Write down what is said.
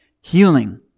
healing